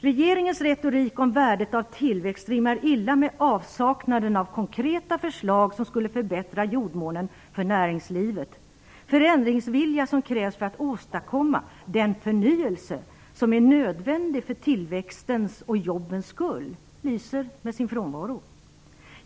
Regeringens retorik om värdet av tillväxt rimmar illa med avsaknaden av konkreta förslag som skulle förbättra jordmånen för näringslivet. Den förändringsvilja som krävs för att åstadkomma den förnyelse som är nödvändig för tillväxtens och jobbens skull lyser med sin frånvaro.